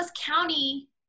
County